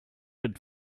had